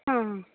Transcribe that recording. ಹಾಂ ಹಾಂ